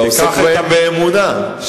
אתה עוסק בהם באמונה.